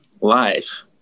life